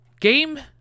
Game